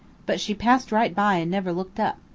but she passed right by and never looked up.